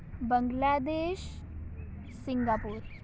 Bangladesh Singapore